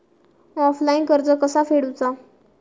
Offline कर्ज कसा फेडूचा?